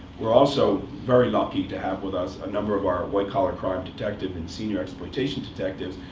we're also very lucky to have with us a number of our white collar crime detective and senior exploitation detectives,